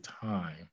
time